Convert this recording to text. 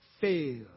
fail